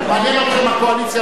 מעניין אתכם הקואליציה,